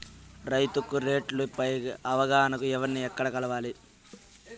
రైతుకు రేట్లు పై అవగాహనకు ఎవర్ని ఎక్కడ కలవాలి?